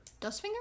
Dustfinger